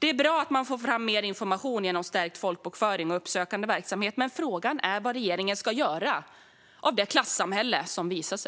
Det är bra att man får fram mer information genom stärkt folkbokföring och uppsökande verksamhet, men frågan är vad regeringen ska göra med det klassamhälle som visar sig.